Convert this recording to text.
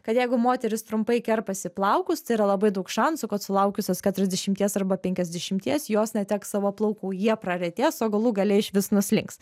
kad jeigu moteris trumpai kerpasi plaukus tai yra labai daug šansų kad sulaukusios keturiasdešimties arba penkiasdešimties jos neteks savo plaukų jie praretės o galų gale išvis nuslinks